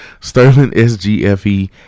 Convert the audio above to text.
sterlingsgfe